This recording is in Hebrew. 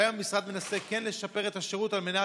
השאלה היא אם המשרד כן מנסה לשפר את השירות על מנת